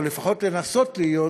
או לפחות לנסות להיות,